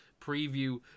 preview